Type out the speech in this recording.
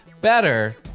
better